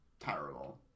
terrible